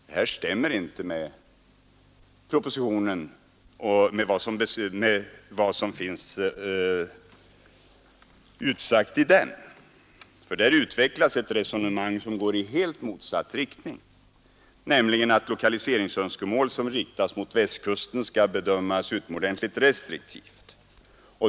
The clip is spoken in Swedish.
Detta stämmer inte med vad som uttalats i propositionen. Där utvecklas ett resonemang, som går i helt motsatt riktning, nämligen att lokaliseringsönskemål som riktas mot Västkusten skall bedömas utomordentligt restriktivt.